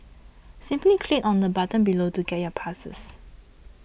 simply click on the button below to get your passes